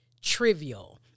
trivial